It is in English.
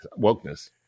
wokeness